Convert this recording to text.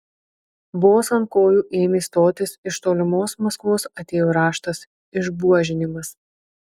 vos ant kojų ėmė stotis iš tolimos maskvos atėjo raštas išbuožinimas